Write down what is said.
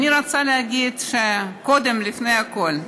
אני רוצה להגיד קודם כול,